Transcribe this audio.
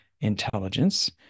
intelligence